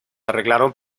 arreglaron